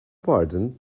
pardon